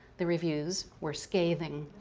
the reviews were scathing.